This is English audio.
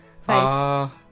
Five